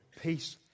peace